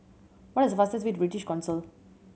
what is the fastest way to British Council